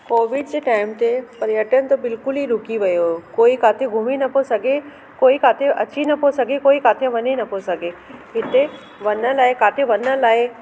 Covid जे time ते पर्यटन त बिल्कुलु ई रूकी वियो कोई काथे घुमी नको सघे कोई काथे अची नको सघे कोई काथे वञी नको सघे हिते वञण लाइ काथे वञण लाइ